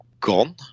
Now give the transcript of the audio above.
gone